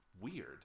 weird